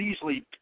easily